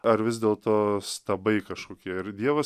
ar vis dėlto stabai kažkokie ir dievas